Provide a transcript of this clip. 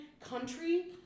country